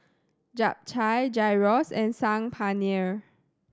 Japchae Gyros and Saag Paneer